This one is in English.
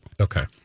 Okay